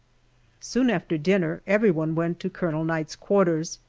soon after dinner everyone went to colonel knight's quarters,